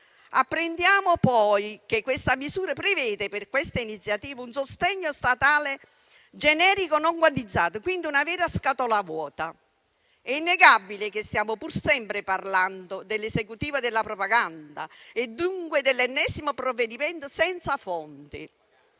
Apprendiamo, poi, che questa misura prevede per questa iniziativa un sostegno statale generico non quantificato e, quindi, una vera scatola vuota. È innegabile che stiamo pur sempre parlando dell'Esecutivo della propaganda e, dunque, dell'ennesimo provvedimento senza fondi.